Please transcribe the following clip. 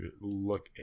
look